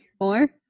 more